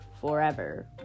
forever